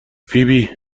فیبی